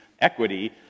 equity